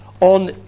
on